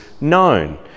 known